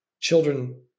children